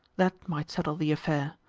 that might settle the affair.